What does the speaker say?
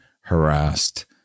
harassed